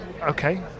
okay